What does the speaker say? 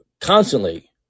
constantly